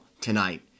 tonight